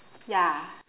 ya